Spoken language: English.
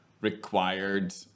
required